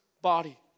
body